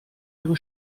ihre